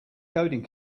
coding